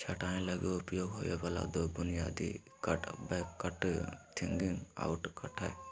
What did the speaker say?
छंटाई लगी उपयोग होबे वाला दो बुनियादी cut back cut, thinning out cut हइ